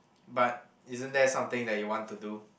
but isn't there something that you want to do